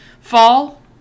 Fall